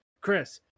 Chris